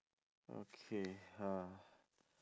okay uh